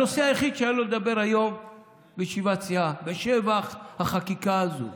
הנושא היחיד שהיה לו לדבר עליו היום בישיבת הסיעה הוא בשבח החקיקה הזו.